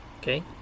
okay